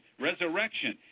resurrection